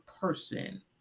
person